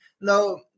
no